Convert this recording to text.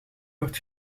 wordt